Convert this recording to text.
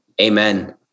Amen